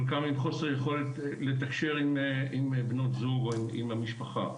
חלקם עם חוסר יכולת לתקשר עם בנות זוג או עם המשפחה.